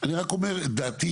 אני רק אומר דעתי